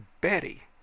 betty